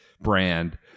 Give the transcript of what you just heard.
brand